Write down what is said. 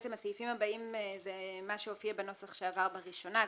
בעצם הסעיפים הבאים זה מה שהופיע בנוסח שעבר בראשונה,